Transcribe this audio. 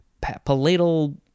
palatal